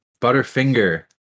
Butterfinger